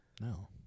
No